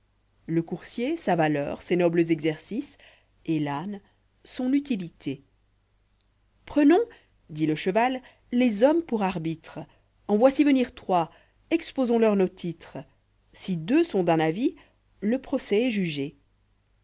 le coursier sa valeur ses nobles exercices reï l'âne son utilité prenons ditle'ckèvàl jiés hommes p'puè'afbitrei en voici venir trois exposons leur nos titrés si'deux sont d'un avis le procès est jugé